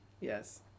Yes